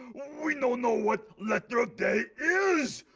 we no know what letter of day is.